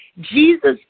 Jesus